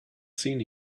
seen